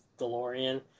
DeLorean